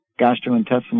gastrointestinal